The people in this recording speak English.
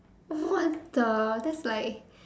what the that's like